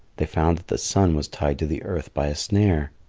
they found that the sun was tied to the earth by a snare.